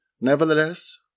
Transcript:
Nevertheless